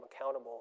accountable